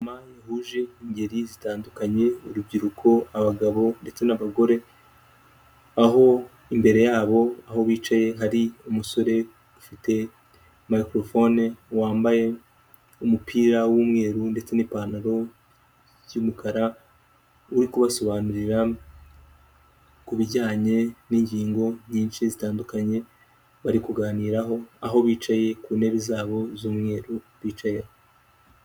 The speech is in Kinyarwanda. Bahuje ingeri zitandukanye urubyiruko ,abagabo ndetse n'abagore aho imbere yabo aho bicaye hari umusore ufite mikorofone wambaye umupira w'umweru ndetse n'ipantaro y'umukara uri kubasobanurira ku kubijyanye n'ingingo nyinshi zitandukanye bari kuganiraho aho bicaye ku ntebe zabo z'umweru bicayeho.